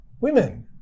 Women